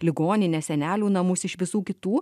ligonines senelių namus iš visų kitų